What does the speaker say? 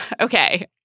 Okay